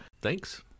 Thanks